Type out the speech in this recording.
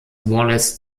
wallace